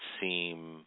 seem